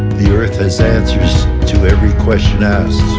the earth has answers to every question asked